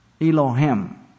Elohim